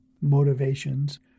motivations